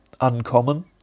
uncommon